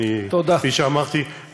וכפי שאמרתי,